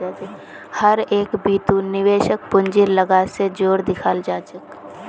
हर एक बितु निवेशकक पूंजीर लागत स जोर देखाला जा छेक